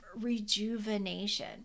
rejuvenation